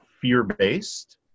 fear-based